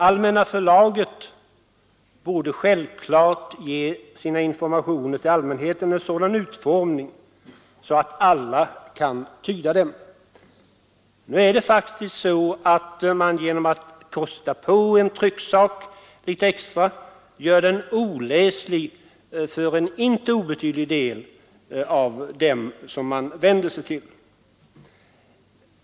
Allmänna förlaget borde självklart ge sina informationer till allmänheten med sådan utformning att alla kan tyda dem. Men genom att man kostar på en trycksak litet extra med färg gör man den faktiskt oläslig för en inte obetydlig del av dem man vänder sig till.